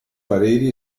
pareri